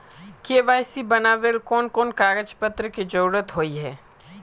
KYC बनावेल कोन कोन कागज पत्र की जरूरत होय है?